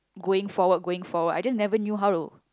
going forward going forward I just never knew how to